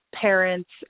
parents